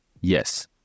Yes